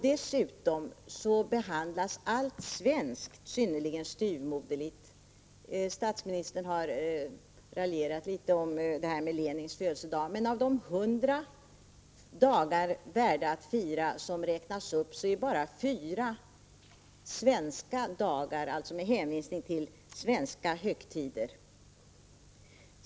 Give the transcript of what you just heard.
Dessutom behandlas allt svenskt synnerligen styvmoderligt. Socialministern har raljerat över avsnittet om Lenins födelsedag, men av de hundra dagar värda att fira som räknas upp har bara fyra anknytning till svenska högtider.